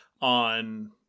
on